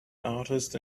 artist